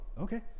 okay